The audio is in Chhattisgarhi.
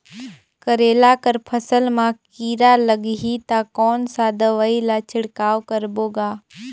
करेला कर फसल मा कीरा लगही ता कौन सा दवाई ला छिड़काव करबो गा?